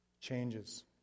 changes